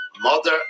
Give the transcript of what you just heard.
mother